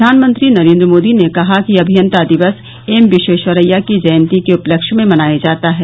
प्रवानमंत्री नरेन्द्र मोदी ने कहा कि अमियंता दिवस एम विश्वेश्वरैया की जयंती के उपलक्ष्य में मनाया जाता है